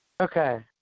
okay